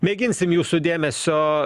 mėginsim jūsų dėmesio